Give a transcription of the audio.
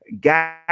Got